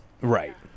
right